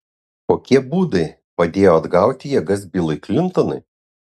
kokie būdai padėjo atgauti jėgas bilui klintonui